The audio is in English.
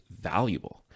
valuable